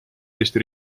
eesti